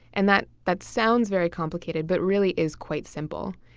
and that that sounds very complicated but really is quite simple.